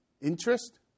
interest